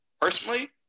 personally